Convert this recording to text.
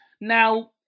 Now